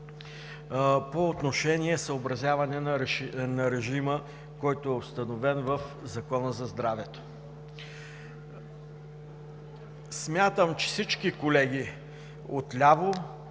по отношение съобразяване на режима, който е установен в Закона за здравето. Смятам, че всички колеги отляво